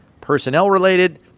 personnel-related